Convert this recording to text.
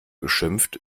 geschimpft